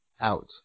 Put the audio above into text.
out